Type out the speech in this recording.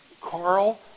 Carl